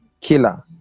killer